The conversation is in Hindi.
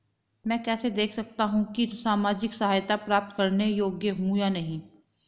मैं कैसे देख सकता हूं कि मैं सामाजिक सहायता प्राप्त करने योग्य हूं या नहीं?